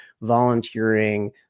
volunteering